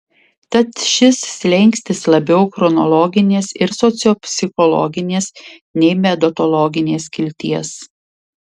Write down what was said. tad šis slenkstis labiau chronologinės ir sociopsichologinės nei metodologinės kilties